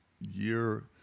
year